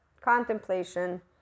contemplation